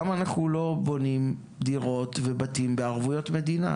למה אנחנו לא בונים דירות ובתים בערבויות מדינה?